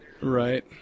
Right